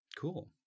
Cool